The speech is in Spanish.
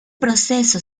proceso